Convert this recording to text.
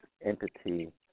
entity